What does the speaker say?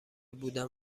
بودم